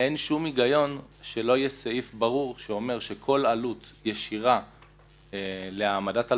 אין שום היגיון שלא יהיה סעיף ברור שאומר שכל עלות ישירה להעמדת הלוואה,